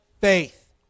faith